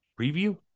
preview